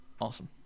Awesome